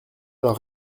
alors